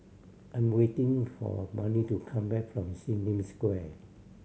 I'm waiting for Mandi to come back from Sim Lim Square